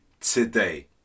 today